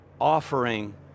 offering